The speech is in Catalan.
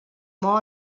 mou